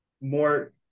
more